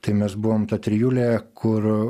tai mes buvom ta trijulė kur